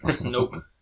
Nope